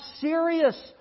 serious